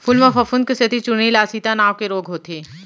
फूल म फफूंद के सेती चूर्निल आसिता नांव के रोग होथे